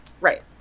Right